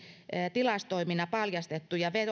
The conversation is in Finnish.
tilastoimina paljastettuja